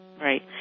Right